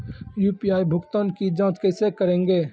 UPI भुगतान की जाँच कैसे करेंगे?